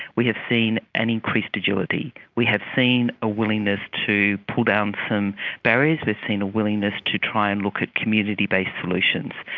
we have seen an increased agility, we have seen a willingness to pull down some barriers, we've seen a willingness to try and look at community-based solutions.